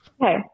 Okay